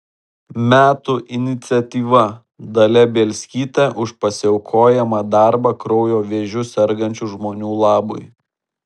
metų iniciatyva dalia bielskytė už pasiaukojamą darbą kraujo vėžiu sergančių žmonių labui